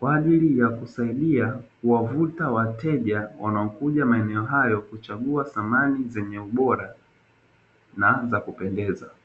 kwa ajili ya kusaidia kuwavuta wateja wanaokuja maeneo hayo kwa ajili ya kuchagua samani zenye ubora na zakupendeza.